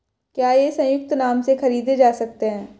क्या ये संयुक्त नाम से खरीदे जा सकते हैं?